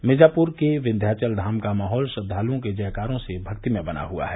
मिर्जापर के विन्ध्यांचल धाम का माहौल श्रद्वाल्ओं के जयकारों से भक्तिमय बना हुआ है